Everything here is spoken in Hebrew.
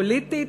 פוליטית,